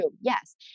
Yes